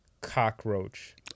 cockroach